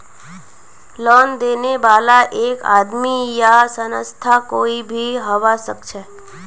loan देने बाला एक आदमी या संस्था कोई भी हबा सखछेक